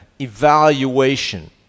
evaluation